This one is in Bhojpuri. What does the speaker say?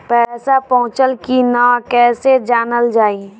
पैसा पहुचल की न कैसे जानल जाइ?